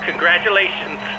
Congratulations